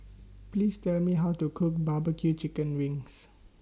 Please Tell Me How to Cook Barbecue Chicken Wings